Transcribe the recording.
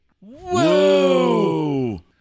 Whoa